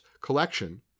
collection